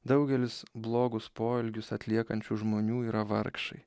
daugelis blogus poelgius atliekančių žmonių yra vargšai